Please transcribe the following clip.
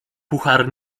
puchar